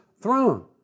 throne